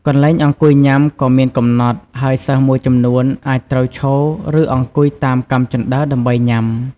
កន្លែងអង្គុយញ៉ាំក៏មានកំណត់ ហើយសិស្សមួយចំនួនអាចត្រូវឈរ ឬអង្គុយតាមកាំជណ្ដើរដើម្បីញ៉ាំ។